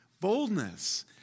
boldness